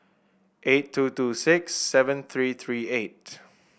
eight two two six seven three three eight